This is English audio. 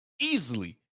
easily